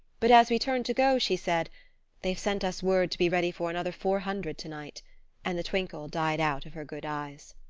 but as we turned to go she said they've sent us word to be ready for another four hundred to-night and the twinkle died out of her good eyes.